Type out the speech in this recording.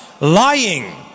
lying